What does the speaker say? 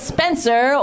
Spencer